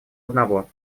одного